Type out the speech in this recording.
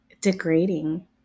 degrading